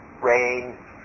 rain